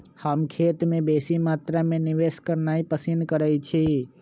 हम खेत में बेशी मत्रा में निवेश करनाइ पसिन करइछी